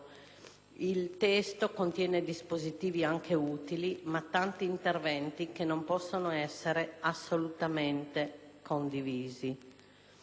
il testo contiene dispositivi anche utili, ma tanti interventi che non possono essere assolutamente condivisi.